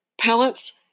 pellets